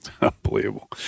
Unbelievable